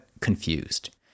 confused